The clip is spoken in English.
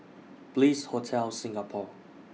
Bliss Hotel Singapore